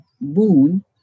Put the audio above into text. boon